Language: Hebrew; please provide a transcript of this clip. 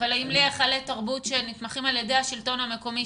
אבל האם להיכלי תרבות שנתמכים על ידי השלטון המקומי,